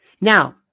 Now